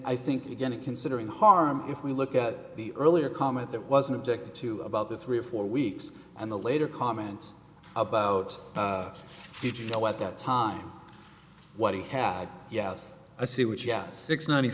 i think you get it considering harm if we look at the earlier comment that was an object to about the three or four weeks and the later comments about did you know at that time what he had yes i see what yes six ninety